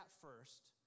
first